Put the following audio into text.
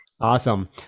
awesome